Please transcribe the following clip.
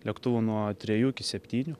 lėktuvų nuo trejų iki septynių